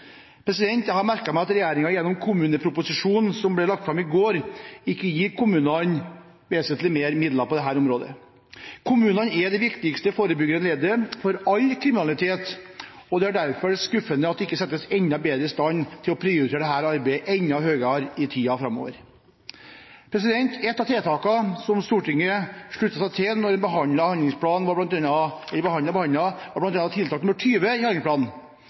Jeg har merket meg at regjeringen gjennom kommuneproposisjonen, som ble lagt fram i går, ikke gir kommunene vesentlig mer midler på dette området. Kommunene er det viktigste forebyggende leddet for all kriminalitet, og det er derfor skuffende at de ikke settes bedre i stand til å prioritere dette arbeidet enda høyere i tiden framover. Et av tiltakene som Stortinget sluttet seg til da en behandlet handlingsplanen, var tiltak nr. 20, som var å sende på høring forslag om å strafferegulere privatpersoners deltakelse i